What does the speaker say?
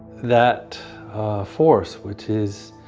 that force which is